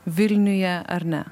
vilniuje ar ne